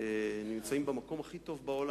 נמצאים במקום הכי טוב בעולם.